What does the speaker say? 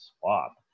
swap